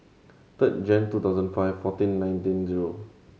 third Jane two thousand five fourteen nineteen zero